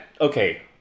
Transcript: okay